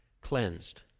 cleansed